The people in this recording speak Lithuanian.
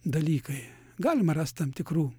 dalykai galima rast tam tikrų